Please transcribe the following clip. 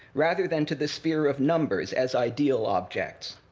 rather than to the sphere of numbers, as ideal objects.